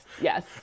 yes